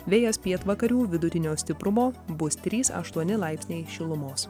vėjas pietvakarių vidutinio stiprumo bus trys aštuoni laipsniai šilumos